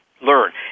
Learn